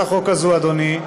אדוני,